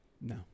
No